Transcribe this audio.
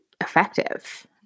effective